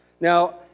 Now